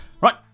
Right